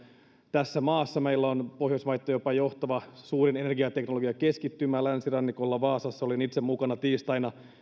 tässä maassa meillä on pohjoismaiden jopa johtava suurin energiateknologiakeskittymä länsirannikolla vaasassa olin itse mukana tiistaina